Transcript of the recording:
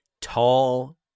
Tall